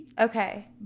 Okay